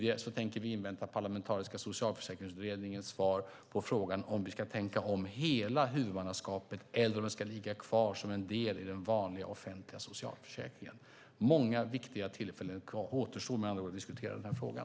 Ja, vi tänker invänta den parlamentariska Socialförsäkringsutredningens svar på frågan om vi ska tänka om när det gäller hela huvudmannaskapet eller om det ska ligga kvar som en del i den vanliga offentliga socialförsäkringen. Många viktiga tillfällen återstår med andra ord för att diskutera den här frågan.